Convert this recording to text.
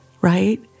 right